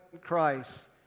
Christ